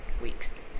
weeks